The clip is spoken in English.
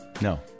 No